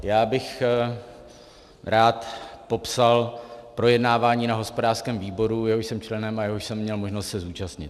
Já bych rád popsal projednávání na hospodářském výboru, jehož jsem členem a jehož jsem měl možnost se zúčastnit.